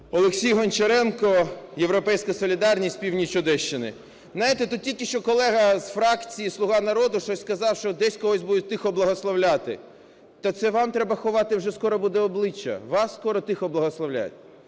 Олексій Гончаренко, "Європейська солідарність", північ Одещини. Знаєте, тут тільки що колега із фракції "Слуга народу" щось сказав, що десь когось будуть "тихо благословляти". Та це вам треба ховати вже скоро буде обличчя, вас скоро "тихо благословлять".